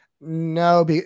No